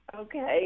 Okay